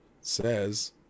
says